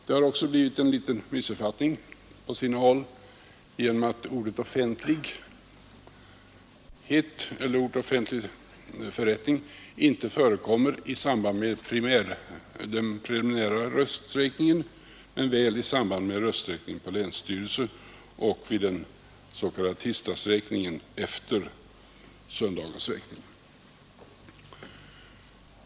Det har också på sina håll uppstått en missuppfattning genom att ordet ”offentlig” inte förekommer i samband med den preliminära rösträkningen men väl i samband med rösträkning på länsstyrelse och i samband med den s.k. tisdagsräkningen efter söndagsräkningen.